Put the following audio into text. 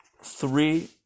three